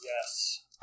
Yes